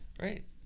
Right